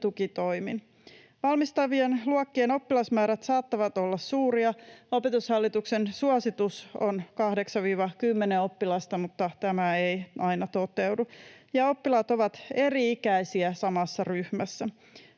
tukitoimin. Valmistavien luokkien oppilasmäärät saattavat olla suuria. Opetushallituksen suositus on 8—10 oppilasta, mutta tämä ei aina toteudu, ja oppilaat ovat eri-ikäisiä samassa ryhmässä.